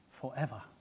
forever